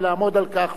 ולעמוד על כך,